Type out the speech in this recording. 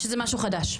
שזה משהו חדש.